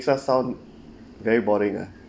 it just sound very boring ah